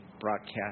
broadcast